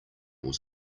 was